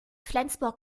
flensburg